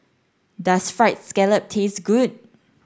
does fried scallop taste good